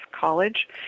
college